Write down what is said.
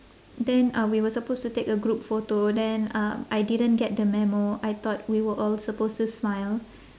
then uh we were supposed to take a group photo then uh I didn't get the memo I thought we were all supposed to smile